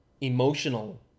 emotional